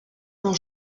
quand